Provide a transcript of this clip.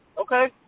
Okay